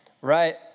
right